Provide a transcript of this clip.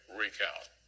recount